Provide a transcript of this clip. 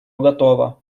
готово